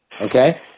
Okay